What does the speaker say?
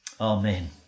Amen